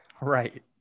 right